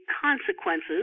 consequences